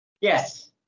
yes